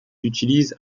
utilise